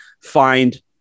find